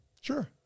Sure